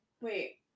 wait